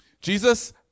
Jesus